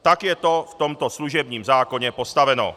Tak je to v tomto služebním zákoně postaveno.